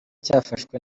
cyafashwe